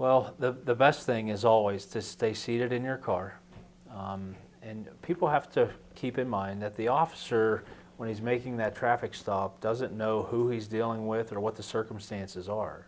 well the best thing is always to stay seated in your car and people have to keep in mind that the officer when he's making that traffic stop doesn't know who he's dealing with or what the circumstances are